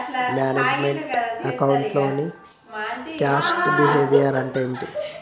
Manage meant account లో cost behaviour అంటే ఏమిటి?